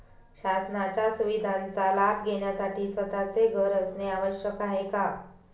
शासनाच्या सुविधांचा लाभ घेण्यासाठी स्वतःचे घर असणे आवश्यक आहे का?